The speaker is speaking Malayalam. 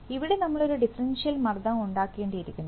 ഇവിടെ നമ്മളൊരു ഒരു ഡിഫറൻഷ്യൽ മർദ്ദം ഉണ്ടാകേണ്ടിയിരിക്കുന്നു